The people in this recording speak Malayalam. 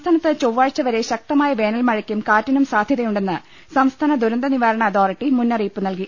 സംസ്ഥാനത്ത് ചൊവ്വാഴ്ച വരെ ശക്തമായ വേനൽമഴയ്ക്കും കാറ്റിനും സാധ്യതയുണ്ടെന്ന് സംസ്ഥാന ദുരന്ത നിവാരണ അതോറിറ്റി മുന്നറിയിപ്പ് നൽകി